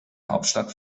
hauptstadt